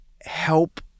help